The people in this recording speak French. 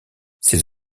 ces